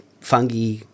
fungi